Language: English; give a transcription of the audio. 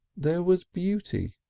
there was beauty,